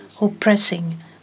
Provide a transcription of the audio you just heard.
oppressing